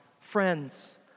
Friends